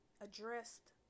addressed